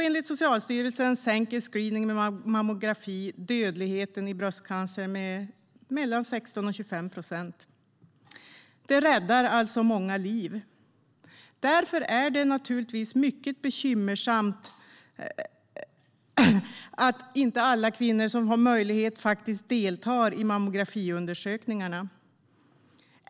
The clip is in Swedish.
Enligt Socialstyrelsen sänker screening med mammografi dödligheten i bröstcancer med 16-25 procent. Det räddar alltså många liv. Därför är det naturligtvis mycket bekymmersamt att inte alla kvinnor som har möjlighet deltar i mammografiundersökningarna.